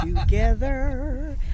together